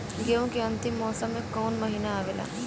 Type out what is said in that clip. गेहूँ के अंतिम मौसम में कऊन महिना आवेला?